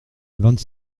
vingt